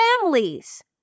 families